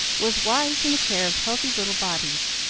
was wise in the care of healthy little bodies,